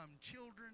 children